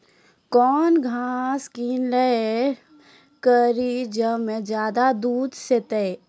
कौन घास किनैल करिए ज मे ज्यादा दूध सेते?